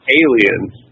aliens